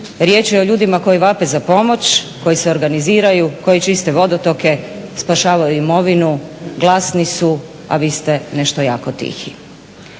Riječ je o ljudima koji vape za pomoć, koji se organiziraju, koji čiste vodotoke, spašavaju imovinu, glasni su a vi ste nešto jako tihi.